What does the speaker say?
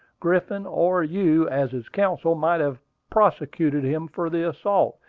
griffin, or you, as his counsel, might have prosecuted him for the assault,